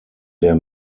der